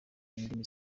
indimi